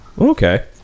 Okay